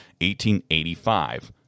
1885